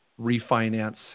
refinance